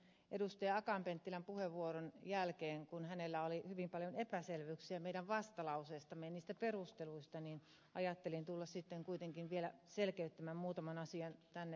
akaan penttilän puheenvuoron jälkeen kun hänellä oli hyvin paljon epäselvyyksiä meidän vastalauseestamme niistä perusteluista ajattelin tulla sitten kuitenkin vielä selkeyttämään muutaman asian tänne paikan päälle